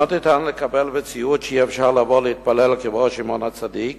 לא ניתן לקבל מציאות שאי-אפשר לבוא להתפלל על קברו של שמעון הצדיק